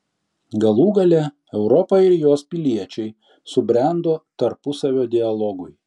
galų gale europa ir jos piliečiai subrendo tarpusavio dialogui